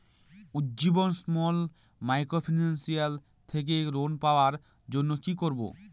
Ujjivan small microfinance থেকে loan পাওয়ার জন্য কি করব?